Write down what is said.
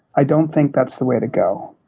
i don't think that's the way to go.